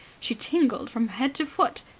she tingled from head to foot.